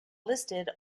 listed